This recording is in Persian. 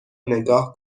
نگاه